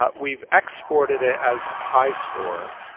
ah we've exported it as highscore,